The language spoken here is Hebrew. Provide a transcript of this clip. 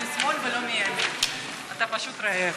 תודה.